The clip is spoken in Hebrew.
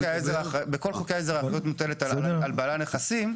בכל חוקי העזר האחריות מוטלת על בעלי הנכסים,